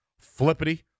Flippity